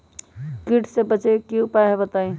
कीट से बचे के की उपाय हैं बताई?